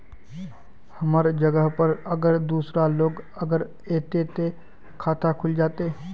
हमर जगह पर अगर दूसरा लोग अगर ऐते ते खाता खुल जते?